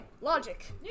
Logic